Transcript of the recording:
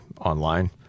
online